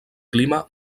clima